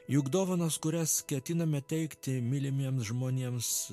juk dovanos kurias ketiname teikti mylimiems žmonėms